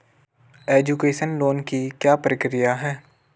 Education loan की क्या प्रक्रिया है?